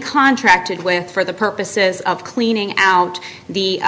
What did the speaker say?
contracted with for the purposes of cleaning out the